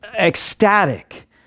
ecstatic